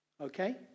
Okay